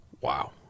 Wow